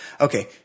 Okay